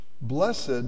blessed